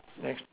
next